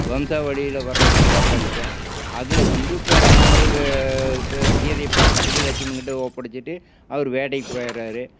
வம்சா வழியில் வரதைதான் படிப்பேன் அதில் வந்து இப்போ இராமர் சீதையை பாத்துக்க சொல்லி லெட்சுமணன் கிட்டே ஒப்படைச்சிட்டு அவர் வேட்டைக்கு போயிடுராரு